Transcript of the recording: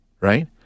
right